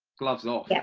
gloves off! yeah